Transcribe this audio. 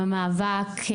המאבק,